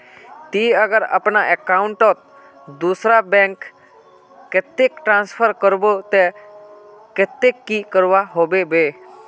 ती अगर अपना अकाउंट तोत दूसरा बैंक कतेक ट्रांसफर करबो ते कतेक की करवा होबे बे?